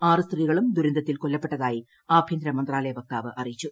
ആറ് സ്ത്രീകളും ദുരന്തത്തിൽ ക്ട്രെല്ലപ്പെട്ടതായി ആഭ്യന്തര മന്ത്രാലയ വക്താവ് അറിയിച്ചു